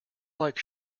like